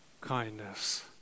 kindness